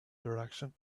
direction